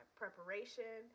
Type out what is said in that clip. preparation